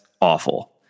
awful